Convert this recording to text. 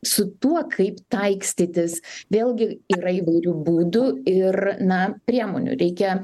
su tuo kaip taikstytis vėlgi yra įvairių būdų ir na priemonių reikia